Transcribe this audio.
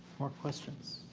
more questions.